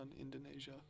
Indonesia